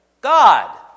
God